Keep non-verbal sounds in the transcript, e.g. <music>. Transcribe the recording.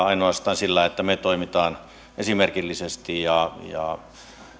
<unintelligible> ainoastaan se että me toimimme esimerkillisesti ja ja